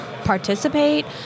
participate